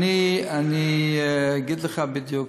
אני אגיד לך בדיוק.